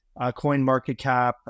CoinMarketCap